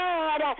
God